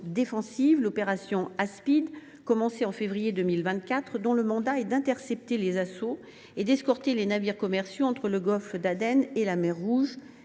c’est l’opération Aspides, engagée en février 2024, dont le mandat est d’intercepter les assauts et d’escorter les navires commerciaux entre le golfe d’Aden et la mer Rouge.